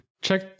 check